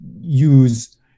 use